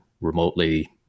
remotely